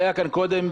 שהיה כאן קודם,